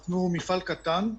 אנחנו מפעל קטן.